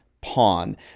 pawn